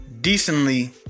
decently